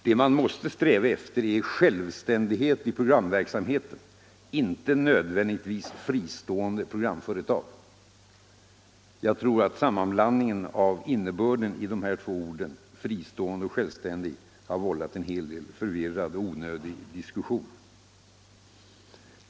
Det man skall sträva efter är självständighet i programverksamheten = inte nödvändigtvis fristående programföretag. Jag tror att sammanblandningen av innebörden i de två orden fristående och självständig har vållat en hel del förvirrad och onödig diskussion.